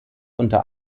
unter